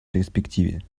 перспективе